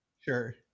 Sure